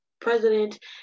president